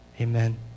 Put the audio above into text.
Amen